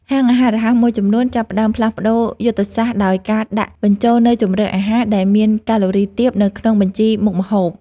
ហាងអាហាររហ័សមួយចំនួនចាប់ផ្តើមផ្លាស់ប្តូរយុទ្ធសាស្ត្រដោយការដាក់បញ្ចូលនូវជម្រើសអាហារដែលមានកាឡូរីទាបទៅក្នុងបញ្ជីមុខម្ហូប។